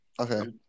Okay